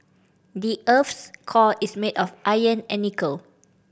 the earth's core is made of iron and nickel